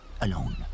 alone